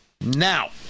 Now